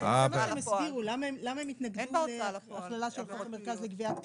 הם הסבירו למה הם התנגדו להכללה של חובות במרכז לגביית קנסות.